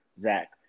Zach